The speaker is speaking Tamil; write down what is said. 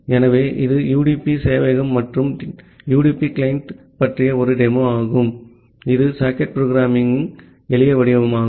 ஆகவே இது யுடிபி சேவையகம் மற்றும் யுடிபி கிளையன்ட் பற்றிய ஒரு டெமோ ஆகும் இது சாக்கெட் புரோக்ராம்மிங் எளிய வடிவமாகும்